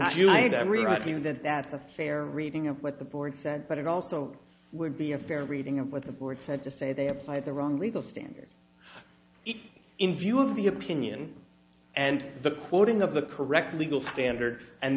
with that that's a fair reading of what the board said but it also would be a fair reading of what the board said to say they apply the wrong legal standard if in view of the opinion and the quoting of the correct legal standard and